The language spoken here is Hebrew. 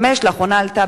5. לאחרונה עלתה,